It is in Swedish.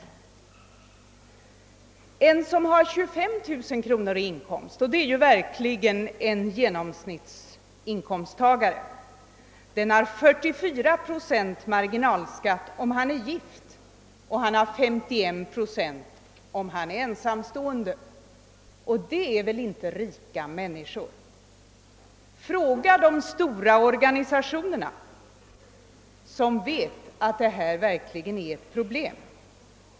En person som har 25 000 kronor i inkomst — det är verkligen en genomsnittsinkomsttagare — har 44 procent marginalskatt om han är gift och 51 procents om han är ensamstående. Det är väl inte rika människor. Fråga de stora organisationerna, som vet att detta verkligen är ett problem!